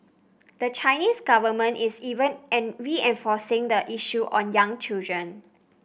the Chinese government is even reinforcing the issue on young children